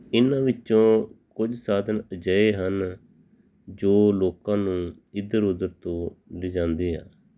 ਇਹਨਾਂ ਵਿੱਚੋਂ ਕੁਝ ਸਾਧਨ ਅਜਿਹੇ ਹਨ ਜੋ ਲੋਕਾਂ ਨੂੰ ਇੱਧਰ ਉੱਧਰ ਤੋਂ ਲਿਜਾਂਦੇ ਆ